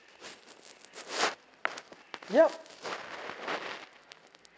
yup